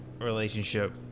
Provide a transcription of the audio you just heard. relationship